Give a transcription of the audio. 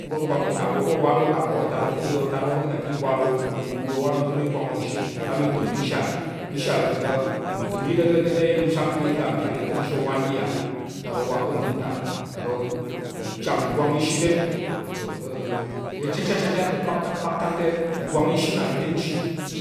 O ga gwang ka̱ atak aro mmawo ka̱ awan wó te ɓu ywur owan oza̱ ɓa mi təm mi shal mi shal pa̱ ntəm yi ta̱ ka̱ ta̱ mi nəm sang kang mi ga mpyal i ka̱mshi owan yi te utarok wa ka̱ nva̱ng ta, utarok chang nggwang ishi byet wato ka̱ chichat chichat pa̱ kpaktak kpaktak te, ngwang ishi nna byen ji